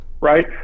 right